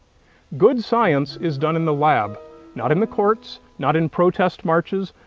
good science is done in the lab not in the courts, not in protest marches,